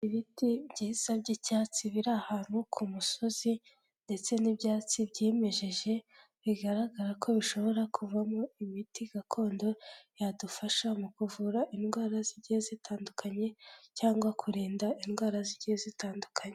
Ibiti byiza by'icyatsi biri ahantu ku musozi ndetse n'ibyatsi byimejeje, bigaragara ko bishobora kuvamo imiti gakondo yadufasha mu kuvura indwara zigiye zitandukanye cyangwa kurinda indwara zigiye zitandukanye.